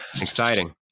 exciting